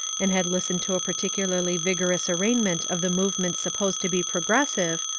and had listened to a particularly vigorous arraign ment of the movements supposed to be progressive,